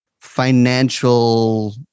financial